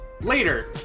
Later